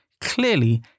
clearly